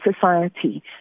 society